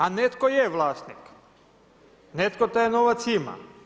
A netko je vlasnik, netko taj novac ima.